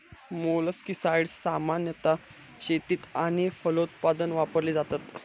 मोलस्किसाड्स सामान्यतः शेतीक आणि फलोत्पादन वापरली जातत